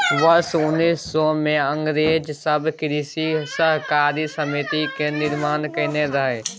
वर्ष उन्नैस सय मे अंग्रेज सब कृषि सहकारी समिति के निर्माण केने रहइ